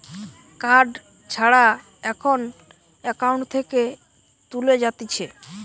card ছাড়া এখন account থেকে তুলে যাতিছে